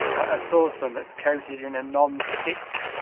a saucepan that's coated in a nonstick